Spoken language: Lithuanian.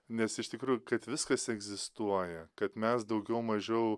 nes iš tikrų kad viskas egzistuoja kad mes daugiau mažiau